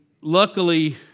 luckily